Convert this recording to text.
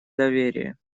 доверие